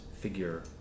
figure